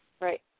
Right